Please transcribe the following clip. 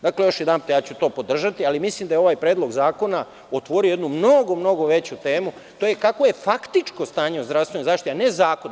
Dakle, još jedanput, ja ću to podržati, ali mislim da je ovaj predlog zakona otvorio jednu mnogo, mnogo veću temu a to je kakvo je faktičko stanje zdravstvene zaštite, a ne zakoni.